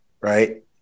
right